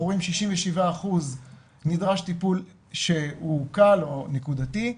אנחנו רואים שב-66% נדרש טיפול קל או נקודתי,